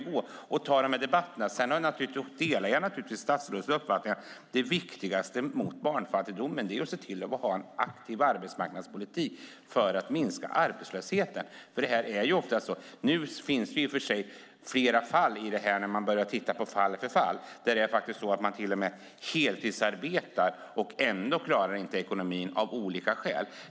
Jag delar naturligtvis också statsrådets uppfattning att det viktigaste medlet mot barnfattigdomen är att se till att ha en aktiv arbetsmarknadspolitik för att minska arbetslösheten. Nu finns det ju flera fall där man till och med heltidsarbetar och ändå inte klarar ekonomin av olika skäl.